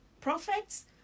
prophets